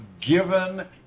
given